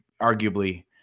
arguably